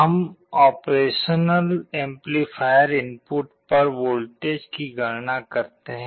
हम operational amplifier input पर voltage की गणना करते हैं